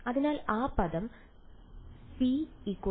അതിനാൽ ആ പദം c 1 ന് തുല്യമാണ്